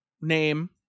name